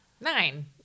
Nine